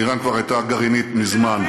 איראן כבר הייתה גרעינית מזמן.